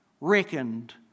reckoned